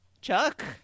Chuck